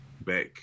back